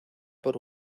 por